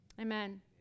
amen